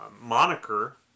moniker